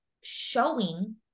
showing